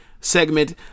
segment